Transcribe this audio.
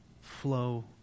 flow